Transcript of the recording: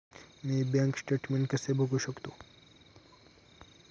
मी bank statement कसे बघू शकतो?